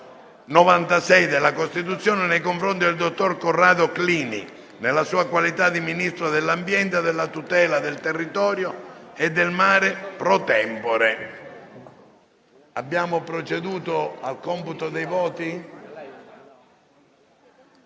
96 della Costituzione, nei confronti del dottor Corrado Clini, nella sua qualità di Ministro dell'ambiente, della tutela del territorio e del mare *pro tempore*. Invito i senatori Segretari a